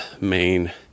main